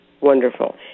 Wonderful